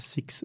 Six